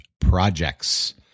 projects